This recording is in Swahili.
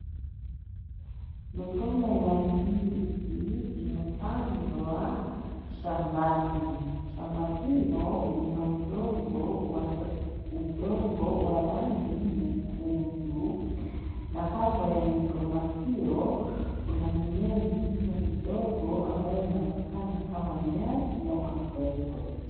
Migomba ya ndizi imepandwa shambani. Shamba hilo lina udongo wa rangi nyekundu na kando ya migomba hiyo, kuna mimea mingine midogo ambayo inaonekana kama nyasi ama kwekwe.